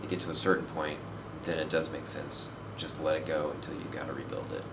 you get to a certain point that it does make sense just let it go until you got to rebuild